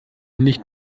nicht